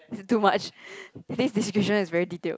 is it too much this description is very detailed